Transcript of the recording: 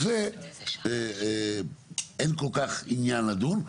על זה אין כל כך עניין לדון.